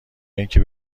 اینکه